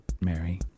Mary